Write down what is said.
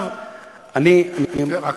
רק תסכם,